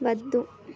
వద్దు